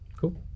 Cool